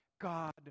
God